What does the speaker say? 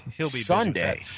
Sunday